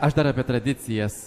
aš dar apie tradicijas